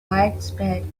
widespread